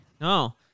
No